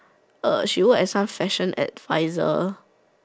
uh she work as some fashion adviser